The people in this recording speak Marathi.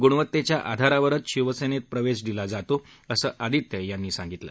गुणवत्तेच्या आधारावरच शिवसेनेत प्रवेश दिला जातो असं आदित्य यांनी सांगितलं